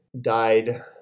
died